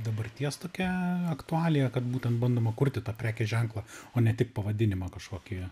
dabarties tokia aktualija kad būtent bandoma kurti tą prekės ženklą o ne tik pavadinimą kažkokį